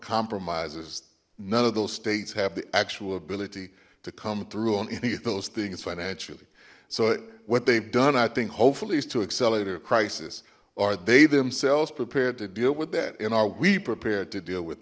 compromises none of those states have the actual ability to come through on any of those things financially so what they've done i think hopefully is to accelerate their crisis or they themselves prepared to deal with that and are we prepared to deal with